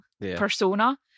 persona